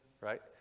right